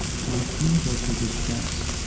caused uni versal distress.